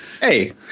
Hey